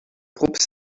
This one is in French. groupe